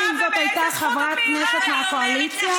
גם אם זו הייתה חברת כנסת מהקואליציה,